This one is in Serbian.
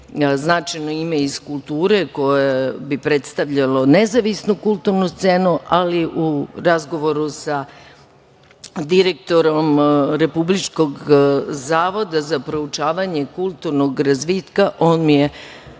značajno ime iz kulture koje bi predstavljalo nezavisnu kulturnu scenu, ali u razgovoru sa direktorom Republičkog zavoda za proučavanje kulturnog razvitka on mi je